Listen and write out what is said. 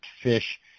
fish